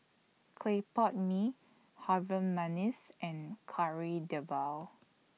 Clay Pot Mee Harum Manis and Kari Debal